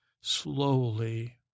Slowly